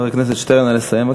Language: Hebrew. חבר הכנסת שטרן, נא לסיים.